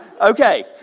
okay